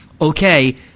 okay